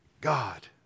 God